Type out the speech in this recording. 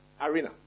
arena